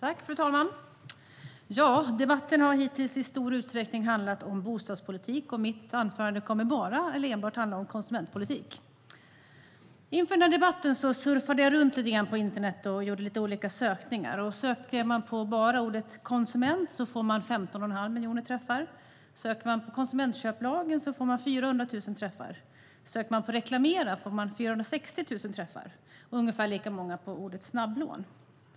Fru talman! Debatten har hittills i stor utsträckning handlat om bostadspolitik. Mitt anförande kommer enbart att handla om konsumentpolitik. Inför den här debatten surfade jag runt lite grann på internet och gjorde lite olika sökningar. Söker man på bara ordet konsument får man 15 1⁄2 miljoner träffar. Söker man på konsumentköplagen får man 400 000 träffar. Söker man på reklamera får man 460 000 träffar och ungefär lika många på ordet snabblån.